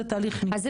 זה תהליך נפרד, משפטי.